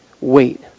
Wait